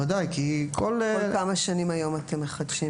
כל כמה שנים אתם מחדשים?